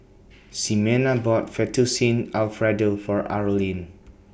Ximena bought Fettuccine Alfredo For Arlyne